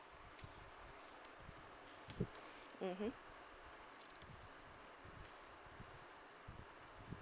mmhmm